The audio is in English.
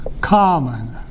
common